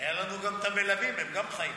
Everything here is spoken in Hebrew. היה לנו גם המלווים, גם הם חיים.